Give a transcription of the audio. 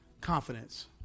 confidence